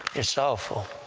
it's awful